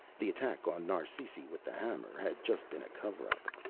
the attack on narsisi with the hammer had just been a cover up.